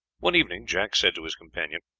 one evening jack said to his companion,